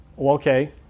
Okay